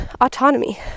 autonomy